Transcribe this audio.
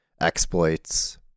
exploits